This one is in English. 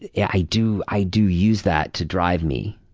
yeah, i do i do use that to drive me.